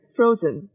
Frozen